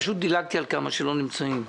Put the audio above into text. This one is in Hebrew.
פשוט דילגתי על כמה שלא נמצאים.